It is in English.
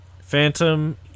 Phantom